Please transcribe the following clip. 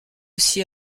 aussi